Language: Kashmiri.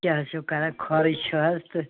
کیٛاہ حظ چھُو کَران خٲری چھُ حظ تہٕ